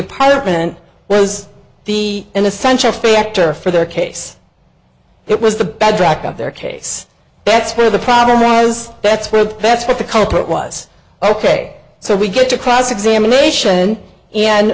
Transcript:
apartment was the an essential factor for their case it was the bedrock of their case that's where the problem arises that's where that's what the culprit was ok so we get to cross examination and